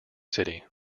city